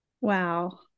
Wow